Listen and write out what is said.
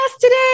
today